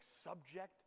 subject